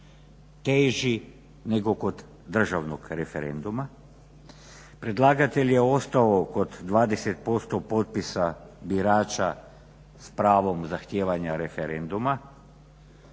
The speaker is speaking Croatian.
teži nego kod državnog referenduma. Predlagatelj je ostao kod 20% potpisa birača s pravom zahtijevanja referenduma